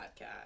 Podcast